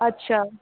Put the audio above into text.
अच्छा